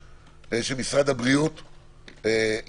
משרד הרווחה במסגרת 220 הפנימיות.